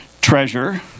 treasure